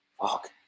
Fuck